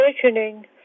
conditioning